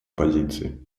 позиции